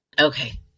okay